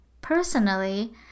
personally